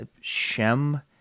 Shem